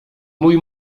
mój